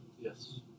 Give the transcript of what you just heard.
Yes